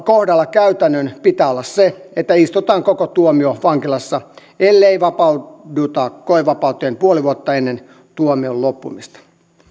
kohdalla käytännön pitää olla se että istutaan koko tuomio vankilassa ellei vapauduta koevapauteen puoli vuotta ennen tuomion loppumista